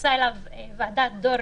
שהתייחסה אליו ועדת דורנר,